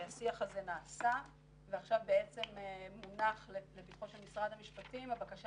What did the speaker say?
השיח הזה נעשה ועכשיו בעצם מונחת לפתחו של משרד המשפטים הבקשה